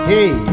Hey